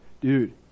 dude